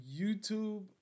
YouTube